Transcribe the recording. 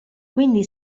quindi